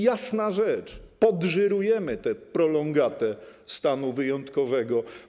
Jasna rzecz, podżyrujemy tę prolongatę stanu wyjątkowego.